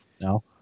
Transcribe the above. no